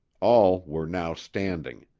all were now standing.